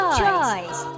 choice